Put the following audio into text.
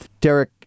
Derek